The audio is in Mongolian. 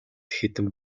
хэдэн